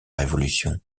révolution